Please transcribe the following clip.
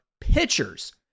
pitchers